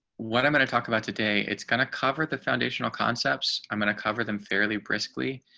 what i'm going to talk about today. it's kind of covered the foundational concepts. i'm going to cover them fairly briskly.